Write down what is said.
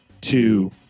two